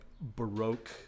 Baroque